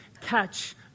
catch